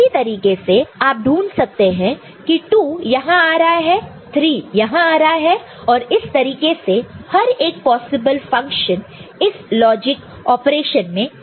इसी तरीके से आप ढूंढ सकते हैं की 2 यहां आ रहा है 3 यहां आ रहा है और इसी तरीके से हर एक पॉसिबल फंक्शनस इस लॉजिक ऑपरेशन में कवर हो रहा है